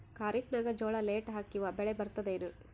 ಖರೀಫ್ ನಾಗ ಜೋಳ ಲೇಟ್ ಹಾಕಿವ ಬೆಳೆ ಬರತದ ಏನು?